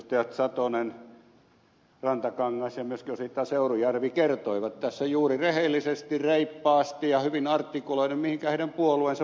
edustajat satonen rantakangas ja myöskin osittain seurujärvi kertoivat tässä juuri rehellisesti reippaasti ja hyvin artikuloiden mihinkä heidän puolueensa pyrkivät